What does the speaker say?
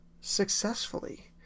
successfully